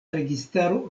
registaro